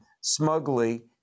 smugly